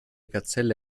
gazelle